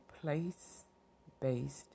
place-based